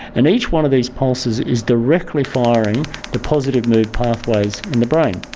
and each one of these pulses is directly firing the positive mood pathways in the brain.